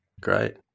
Great